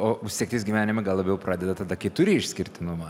o sektis gyvenime gal labiau pradeda tada kai turi išskirtinumą